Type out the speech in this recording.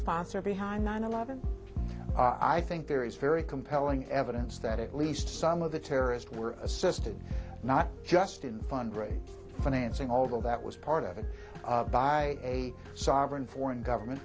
sponsor behind nine eleven i think there is very compelling evidence that at least some of the terrorist were assisted not just in fundraising financing although that was part of it by a sovereign foreign government